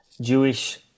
Jewish